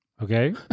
Okay